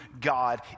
God